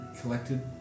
collected